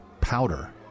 powder